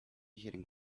hearing